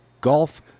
golf